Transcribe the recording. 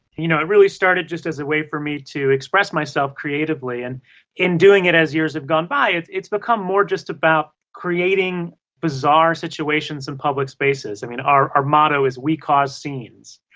you know, i really started just as a way for me to express myself creatively and in doing it, as years have gone by, it's it's become more just about creating bizarre situations in public spaces. i mean, our our motto is, we cause scenes.